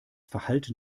verhalten